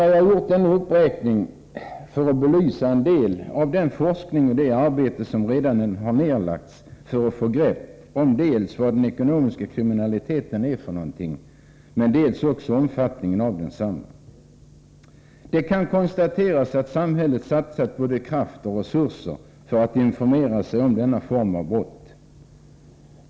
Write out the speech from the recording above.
Jag har gjort denna uppräkning för att belysa en del av den forskning och det arbete som redan har nedlagts för att man skall kunna få grepp om dels vad den ekonomiska kriminaliteten är för något, dels också omfattningen av densamma. Det kan konstateras att samhället satsat både kraft och resurser för att informera sig om denna form av brott.